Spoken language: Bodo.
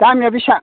दामिया बिसां